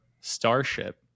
Starship